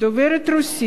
מדובר בפניות